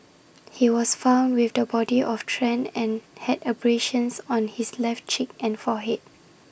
he was found with the body of Tran and had abrasions on his left cheek and forehead